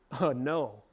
No